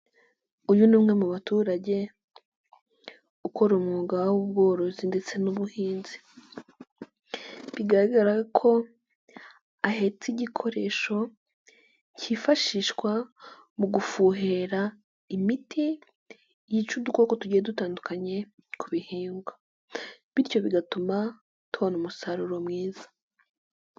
Uyu ni umwe mu baturage ukora umwuga w'ubworozi ndetse n'ubuhinzi, garagara ko ahetse igikoresho cyifashishwa mu gufuhira imiti yica udukoko tugiye dutandukanye ku bihingwa, bityo bigatuma tubona umusaruro mwiza.